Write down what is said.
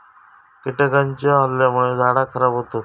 कीटकांच्या हल्ल्यामुळे झाडा खराब होतत